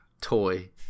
toy